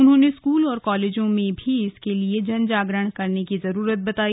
उन्होंने स्कूल और कॉलेजों में भी इसके लिए जनजागरण करने की जरूरत बताई